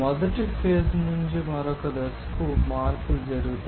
1 phase నుండి మరొక దశకు మార్పులు జరుగుతాయి